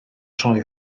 troi